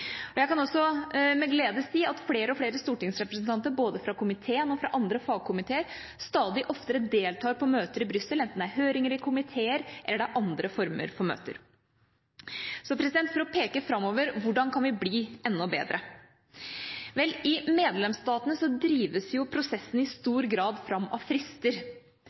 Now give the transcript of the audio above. Jeg kan også med glede si at flere og flere stortingsrepresentanter både fra komiteen og fra andre fagkomiteer stadig oftere deltar på møter i Brussel, enten det er høringer i komiteer eller det er andre former for møter. Så for å peke framover: Hvordan kan vi bli enda bedre? Vel, i medlemsstatene drives prosessene i stor grad fram av frister.